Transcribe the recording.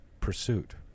pursuit